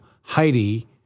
Heidi